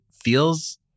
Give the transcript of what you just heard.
feels